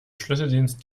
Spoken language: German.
schlüsseldienst